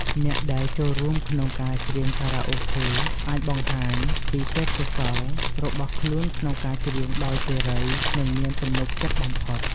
អ្នកដែលចូលរួមក្នុងការច្រៀងខារ៉ាអូខេអាចបង្ហាញពីទេពកោសល្យរបស់ខ្លួនក្នុងការច្រៀងដោយសេរី និងមានទំនុកចិត្តបំផុត។